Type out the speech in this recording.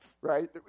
right